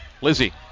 Lizzie